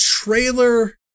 trailer